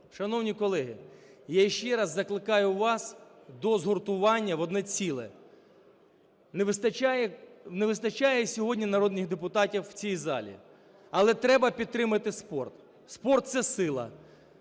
Шановні колеги, я ще раз закликаю вас до згуртування в одне ціле. Не вистачає, не вистачає сьогодні народних депутатів в цій залі. Але треба підтримати спорт. Спорт – це сила,